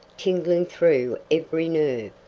tingling through every nerve.